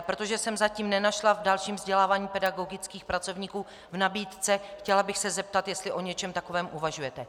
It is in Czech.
Protože jsem to zatím nenašla v dalším vzdělávání pedagogických pracovníků v nabídce, chtěla bych se zeptat, jestli o něčem takovém uvažujete.